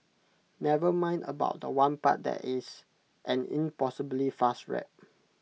never mind about The One part that is an impossibly fast rap